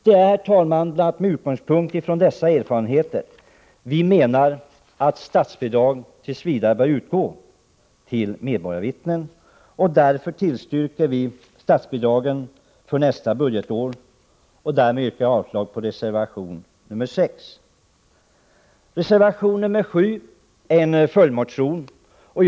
Det är bl.a. med utgångspunkt i dessa erfarenheter vi menar att statsbidragen tills vidare bör utgå till medborgarvittnen. Vi tillstyrker därför statsbidragen till medborgarvittnen för nästa budgetår. Jag yrkar därmed avslag på reservation 6. Reservation 7 är en följdreservation.